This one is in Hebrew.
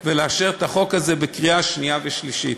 ולאשר את החוק הזה בקריאה שנייה ושלישית.